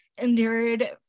endured